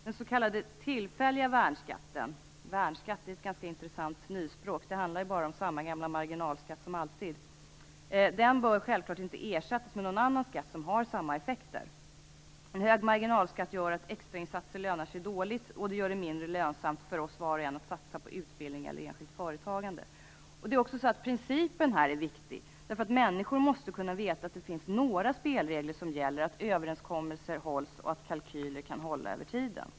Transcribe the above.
Den s.k. tillfälliga värnskatten - värnskatt är ju ett ganska intressant nyspråk, för det handlar ju bara om samma gamla marginalskatt som alltid - bör självfallet inte ersättas med någon annan skatt som har samma effekter. En hög marginalskatt gör att extrainsatser lönar sig dåligt, och det gör det mindre lönsamt för var och en att satsa på utbildning eller eget företagande. Principen här är också viktig, därför att människor måste kunna veta att det finns några spelregler som gäller, att överenskommelser hålls och att kalkyler kan hålla över tiden.